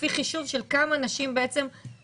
לפי חישוב של כמה נשים נותרות.